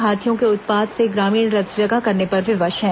हाथियों के उत्पात से ग्रामीण रतजगा करने पर विवश हैं